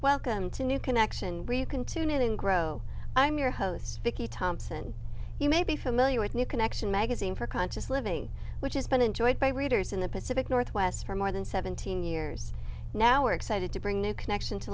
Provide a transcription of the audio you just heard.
new connection where you can tune in grow i'm your host vicky thompson you may be familiar with new connection magazine for conscious living which has been enjoyed by readers in the pacific northwest for more than seventeen years now excited to bring new connection to